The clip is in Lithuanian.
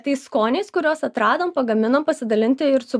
tais skoniais kuriuos atradom pagaminom pasidalinti ir su